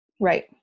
Right